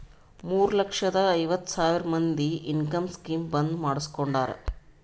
ಮೂರ ಲಕ್ಷದ ಐವತ್ ಸಾವಿರ ಮಂದಿ ಇನ್ಕಮ್ ಸ್ಕೀಮ್ ಬಂದ್ ಮಾಡುಸ್ಕೊಂಡಾರ್